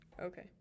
Okay